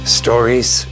stories